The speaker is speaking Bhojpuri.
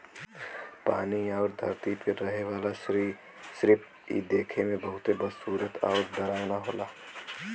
पानी आउर धरती पे रहे वाला सरीसृप इ देखे में बहुते बदसूरत आउर डरावना होला